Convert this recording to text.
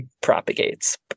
propagates